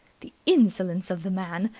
the insolence of the man,